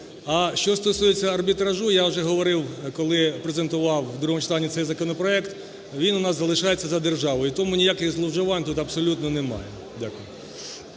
А що стосується арбітражу, я вже говорив, коли презентував у другому читанні цей законопроект, він у нас залишається за державою. І тому ніяких зловживань тут абсолютно немає. Дякую.